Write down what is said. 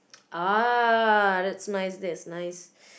ah that's nice that's nice